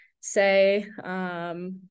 say